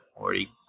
already